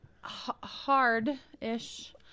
Hard-ish